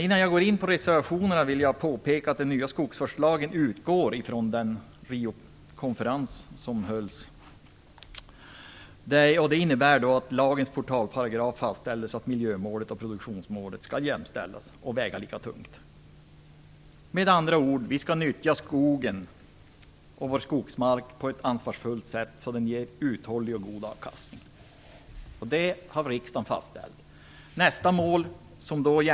Innan jag börjar kommentera reservationerna vill jag påpeka att den nya skogsvårdslagen utgår från Riokonferensen. Det innebär att man i lagens portalparagraf har fastställt att miljömålet och produktionsmålet skall jämställas och väga lika tungt. Med andra ord skall vi nyttja skogen och vår skogsmark på ett ansvarsfullt sätt så att den ger uthållig och god avkastning. Detta har riksdagen fastställt.